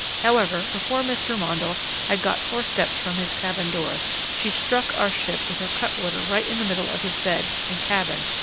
however, before mr. mondle had got four steps from his cabin-door, she struck our ship with her cutwater right in the middle of his bed and cabin,